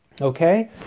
Okay